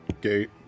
gate